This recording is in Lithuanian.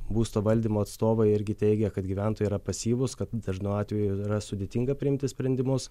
būsto valdymo atstovai irgi teigia kad gyventojai yra pasyvūs kad dažnu atveju yra sudėtinga priimti sprendimus